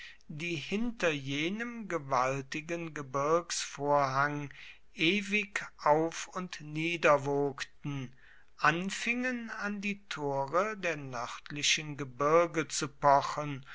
die hinter jenem gewaltigen gebirgsvorhang ewig auf und nieder wogten anfingen an die tore der nördlichen gebirge zu pochen